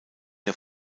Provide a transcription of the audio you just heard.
der